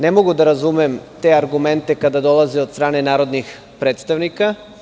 Ne mogu da razumem te argumente kada dolaze od strane narodnih predstavnika.